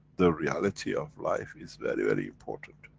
the reality of life is very, very important.